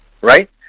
right